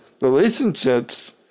relationships